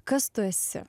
kas tu esi